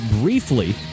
briefly